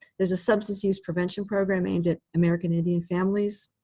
there's a substance use prevention program aimed at american indian families,